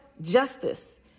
justice